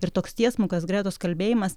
ir toks tiesmukas gretos kalbėjimas